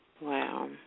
Wow